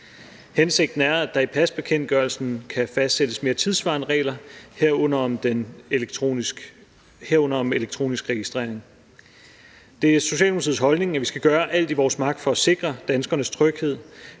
Hensigten er, at der i pasbekendtgørelsen kan fastsættes mere tidssvarende regler, herunder om elektronisk registrering. Det er Socialdemokratiets holdning, at vi skal gøre alt, der i vores magt, for at sikre danskernes tryghed.